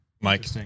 Mike